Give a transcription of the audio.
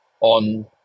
on